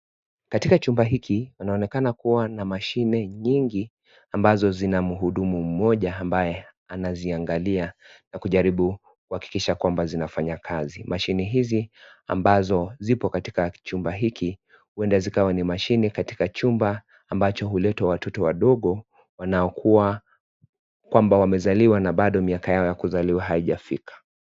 Katika chumba hiki panaonekana kuwa na mashine nyingi ambazo zina mhudumu mmoja ambaye anaziangalia na kujaribu kuhakikisha kwamba zinafanya kazi, mashine hizi ambazo zipo katika chumba hiki huenda zikawa ni mashini katika chumba ambacho huletwa watoto wadogo wanaokuwa kwamba wamezalliwa na bado miaka yao ya kuzaliwa bado haijafika.